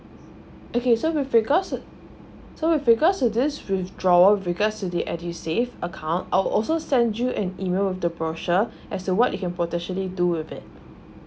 okay so with regards so with regards of this withdrawal with regards to the edusave account I'll also send you an email with the brochure as to what you can potentially do with it